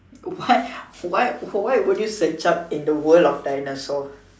why why why would you search up in the world of dinosaur